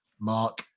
Mark